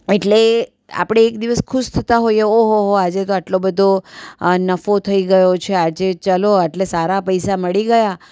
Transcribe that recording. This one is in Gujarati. એટલે આપણે એક દિવસ ખુશ થતા હોઈએ ઓ હો હો આજે તો આટલો બધો નફો થઈ ગયો છે આજે ચલો આટલા સારા પૈસા મળી ગયા